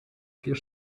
clear